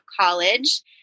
college